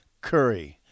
Curry